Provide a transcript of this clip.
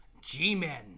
G-men